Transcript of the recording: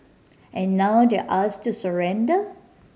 and now they're asked to surrender